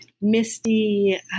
misty